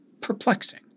perplexing